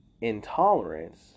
intolerance